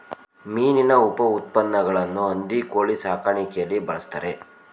ಮೀನಿನ ಉಪಉತ್ಪನ್ನಗಳನ್ನು ಹಂದಿ ಕೋಳಿ ಸಾಕಾಣಿಕೆಯಲ್ಲಿ ಬಳ್ಸತ್ತರೆ